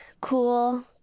cool